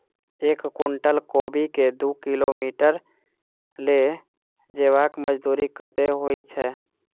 एक कुनटल कोबी केँ दु किलोमीटर लऽ जेबाक मजदूरी कत्ते होइ छै?